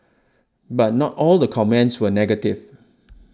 but not all the comments were negative